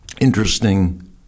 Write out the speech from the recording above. interesting